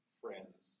friends